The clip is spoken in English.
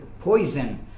poison